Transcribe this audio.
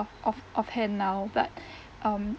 of of off-hand now but um